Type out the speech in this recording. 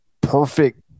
perfect